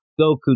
Goku